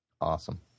Awesome